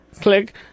click